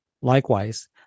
Likewise